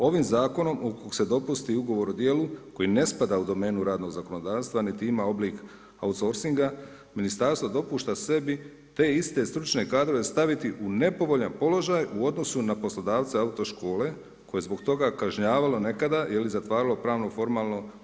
Ovim zakonom ukoliko se dopusti ugovor o djelu koji ne spada u domenu radnog zakonodavstva niti ima oblik outsourcinga ministarstvo dopušta sebi te iste stručne kadrove staviti u nepovoljan položaj u odnosu na poslodavca autoškole koje je zbog toga kažnjavalo nekada ili zatvaralo pravno formalno.